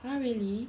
!huh! really